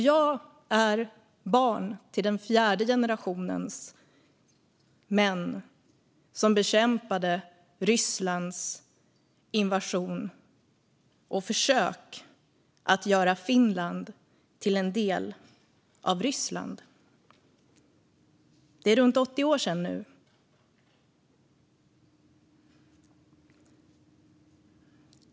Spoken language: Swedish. Jag är barn till den fjärde generationens män som bekämpade Rysslands invasion och försök att göra Finland till en del av Ryssland. Det är nu runt 80 år sedan.